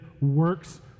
works